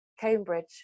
Cambridge